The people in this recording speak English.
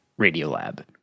Radiolab